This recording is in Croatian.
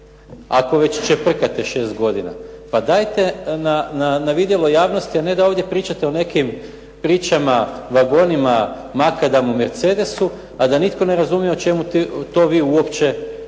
ako već čeprkate 6 godina. Pa dajte na vidjelo javnosti a ne da ovdje pričate o nekim pričama, vagonima, makadamu, mercedesu a da nitko ne razumije o čemu to vi uopće govorite.